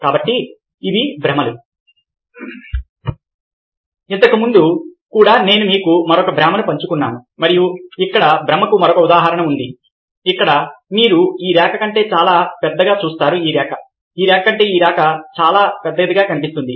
కాబట్టి ఇవి భ్రమలు ఇంతకుముందు కూడా నేను మీతో మరొక భ్రమను పంచుకున్నాను మరియు ఇక్కడ భ్రమకు మరొక ఉదాహరణ ఉంది ఇక్కడ మీరు ఈ రేఖ కంటే చాలా పెద్దదిగా చూస్తారు ఈ రేఖ కంటే ఈ రేఖ చాలా పెద్దదిగా కనిపిస్తుంది